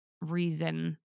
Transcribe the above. reason